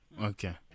Okay